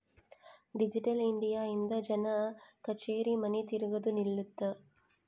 digital India ಇಂದ ಜನ ಕಛೇರಿ ಮನಿ ತಿರ್ಗದು ನಿಲ್ಲುತ್ತ